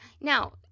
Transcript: Now